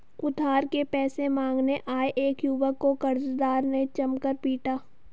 उधार के पैसे मांगने आये एक युवक को कर्जदार ने जमकर पीटा